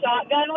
shotgun